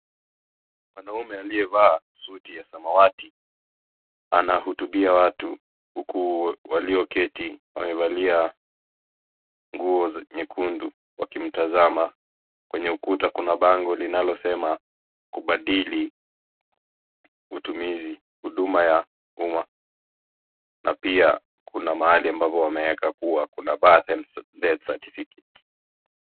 Mwanaume aliyevaa suti ya samawati anahutubia watu huku walioketi wamevalia nguo nyekundu wakimtazama. Kwenye ukuta kuna bango linalosema: kubadili huduma ya umma; na pia kuna mahali ambapo wameweka kuwa kuna birth and death certificate .